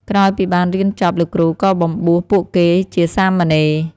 ក្រោយពីបានរៀនចប់ លោកគ្រូក៏បំបួសពួកគេជាសាមណេរ។